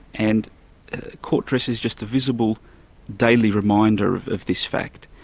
and court dress is just a visible daily reminder of this fact.